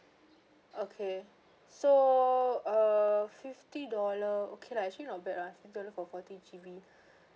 okay so uh fifty dollar okay lah actually not bad lah since I look for forty G_B